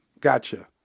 gotcha